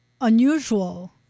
unusual